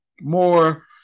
more